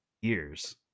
years